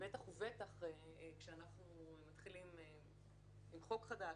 בטח ובטח כשאנחנו מתחילים עם חוק חדש,